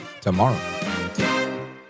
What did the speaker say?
tomorrow